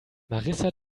marissa